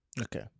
Okay